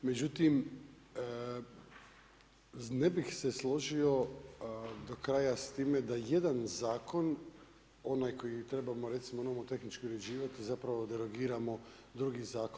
Međutim, ne bih se složio do kraja s time da jedan zakon onaj koji trebamo recimo nomotehnički uređivati zapravo derogiramo drugi zakon.